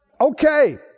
Okay